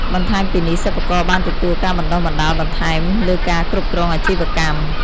បន្ថែមពីនេះ សិប្បករបានទទួលការបណ្ដុះបណ្ដាលបន្ថែមលើការគ្រប់គ្រងអាជីវកម្ម។